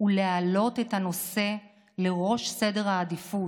ולהעלות את הנושא לראש סדר העדיפויות,